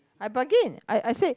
I bargain I I said